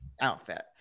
outfit